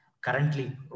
currently